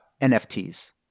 NFTs